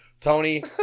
Tony